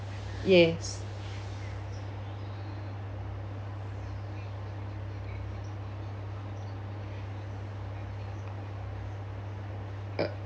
yes uh